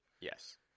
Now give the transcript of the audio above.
Yes